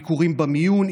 ביקורים במיון,